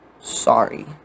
sorry